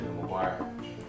McGuire